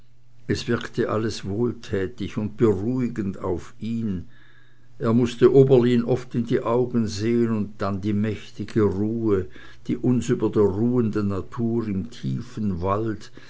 es wirkte alles wohltätig und beruhigend auf ihn er mußte oberlin oft in die augen sehen und die mächtige ruhe die uns über der ruhenden natur im tiefen wald